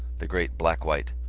the great blackwhite,